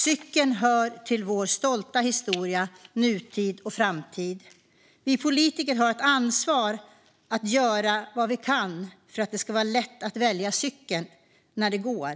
Cykeln hör till vår stolta historia, nutid och framtid. Vi politiker har ett ansvar att göra vad vi kan för att det ska vara lätt att välja cykeln när det går.